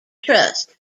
trust